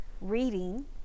reading